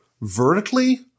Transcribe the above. vertically